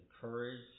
courage